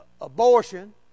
abortion